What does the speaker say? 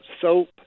soap